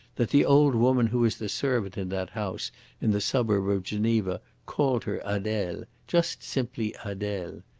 that the old woman who was the servant in that house in the suburb of geneva called her adele, just simply adele.